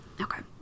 Okay